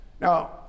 Now